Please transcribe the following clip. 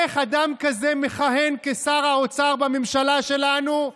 איך אדם כזה מכהן כשר האוצר בממשלה שלנו,